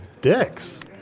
dicks